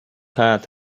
head